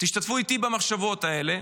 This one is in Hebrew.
אתי במחשבות האלה: